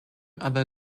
other